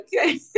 okay